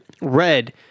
red